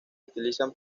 utilizan